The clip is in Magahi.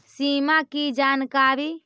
सिमा कि जानकारी?